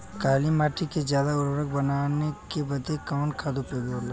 काली माटी के ज्यादा उर्वरक बनावे के बदे कवन खाद उपयोगी होला?